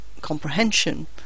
comprehension